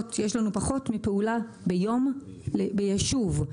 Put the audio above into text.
יש לנו פחות מפעולה ביום ביישוב.